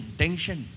tension